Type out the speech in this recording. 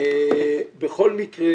בכל מקרה,